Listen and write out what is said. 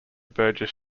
burgess